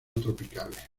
tropicales